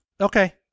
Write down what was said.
Okay